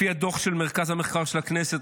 לפי הדוח של מרכז המחקר של הכנסת,